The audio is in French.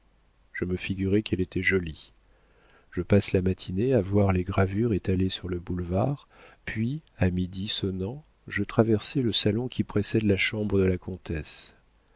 je me figurais qu'elle était jolie je passe la matinée à voir les gravures étalées sur le boulevard puis à midi sonnant je traversais le salon qui précède la chambre de la comtesse